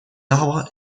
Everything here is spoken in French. arbres